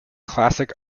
classic